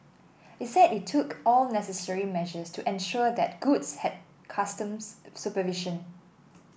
it said it took all necessary measures to ensure that goods had customs supervision